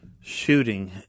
shooting